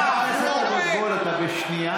חבר הכנסת אבוטבול, אתה בשנייה.